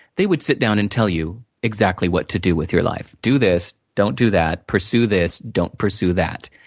they would sit down and tell you exactly what to do with your life. do this, don't do that, pursue this, don't pursue that.